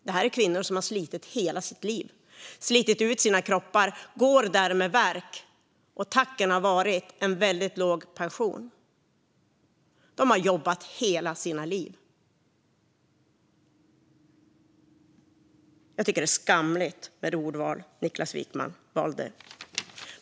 Det här är kvinnor med värkande kroppar som har slitit hela sitt liv, och tacken har varit en väldigt låg pension. De har jobbat hela sitt liv. Niklas Wykmans ordval är därför skamligt.